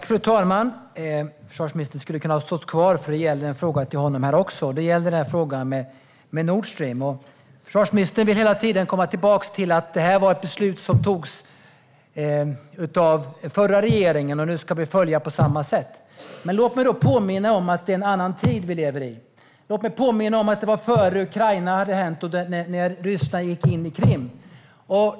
Fru talman! Försvarsministern hade kunnat stå kvar eftersom jag också har en fråga till honom om Nord Stream. Försvarsministern vill hela tiden komma tillbaka till att det var ett beslut som fattades av den förra regeringen, och nu ska regeringen följa på samma sätt. Låt mig då påminna om att vi nu lever i en annan tid. Låt mig påminna om att det var före händelserna i Ukraina och när Ryssland gick in i Krim.